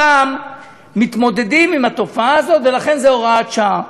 הפעם מתמודדים עם התופעה הזאת, ולכן זו הוראת שעה.